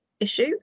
issue